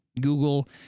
Google